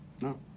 No